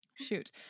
Shoot